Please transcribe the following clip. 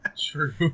True